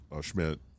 Schmidt